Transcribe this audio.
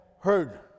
heard